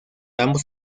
ambos